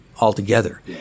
altogether